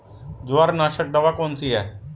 जवार नाशक दवा कौन सी है?